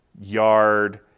yard